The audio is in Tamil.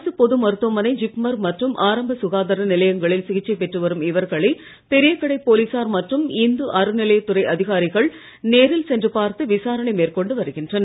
அரசு பொது மருத்துவமனை ஜிப்மர் மற்றும் ஆரம்ப சுகாதார நிலையங்களில் சிகிச்சை பெற்று வரும் இவர்களை பெரியகடை போலீசார் மற்றும் இந்து அறநிலையத்துறை அதிகாரிகள் நேரில் சென்று பார்த்து விசாரணை மேற்கொண்டு வருகின்றனர்